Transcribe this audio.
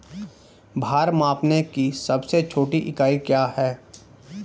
भार मापने की सबसे छोटी इकाई क्या है?